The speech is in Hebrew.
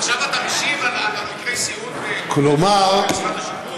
עכשיו אתה משיב על מקרי סיעוד ומדבר על השיכון?